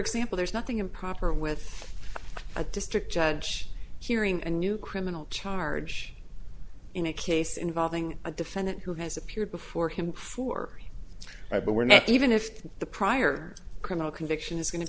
example there's nothing improper with a district judge hearing a new criminal charge in a case involving a defendant who has appeared before him for i but we're not even if the prior criminal conviction is going to